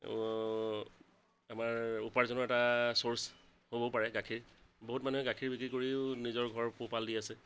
আমাৰ উপাৰ্জনৰ এটা চ'ৰ্চ হ'ব পাৰে গাখীৰ বহুত মানুহে গাখীৰ বিক্ৰী কৰিও নিজৰ ঘৰ পোহপাল দি আছে